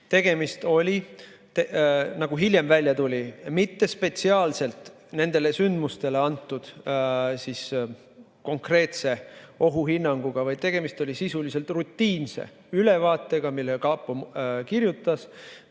Tegemist oli, nagu hiljem välja tuli, mitte spetsiaalselt nendele sündmustele antud konkreetse ohuhinnanguga, vaid sisuliselt rutiinse ülevaatega, mille kapo kirjutas